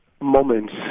moments